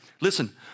listen